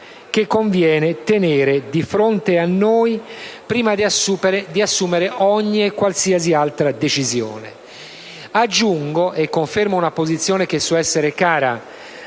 che conviene tenere di fronte a noi prima di assumere ogni e qualsiasi altra decisione. Aggiungo - e confermo una posizione che so essere cara